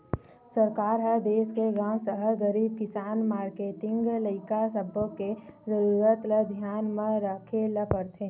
सरकार ह देस के गाँव, सहर, गरीब, किसान, मारकेटिंग, लइका सब्बो के जरूरत ल धियान म राखे ल परथे